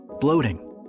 bloating